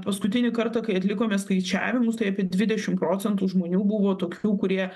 paskutinį kartą kai atlikome skaičiavimus tai apie dvidešimt procentų žmonių buvo tokių kurie